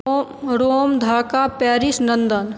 Rome Dhaka Paris London